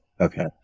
Okay